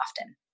often